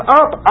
up